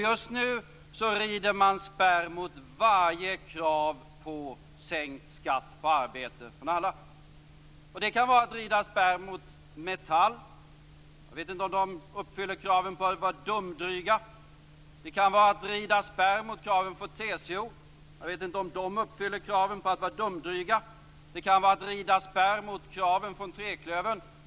Just nu rider man spärr mot varje krav på sänkt skatt på arbete för alla. Det kan vara att rida spärr mot Metall. Jag vet inte om de uppfyller kraven på att vara dumdryga. Det kan vara att rida spärr mot kraven från TCO. Jag vet inte om de uppfyller kraven på att vara dumdryga. Det kan vara att rida spärr mot kraven från treklövern.